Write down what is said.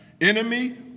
Enemy